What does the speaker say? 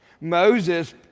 Moses